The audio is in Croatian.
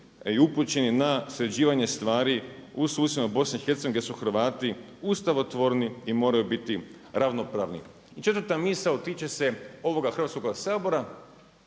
i upućeni na sređivanje stvari u susjednoj BiH gdje su Hrvati ustavotvorni i moraju biti ravnopravni. I četvrta misao tiče se ovoga Hrvatskoga sabora,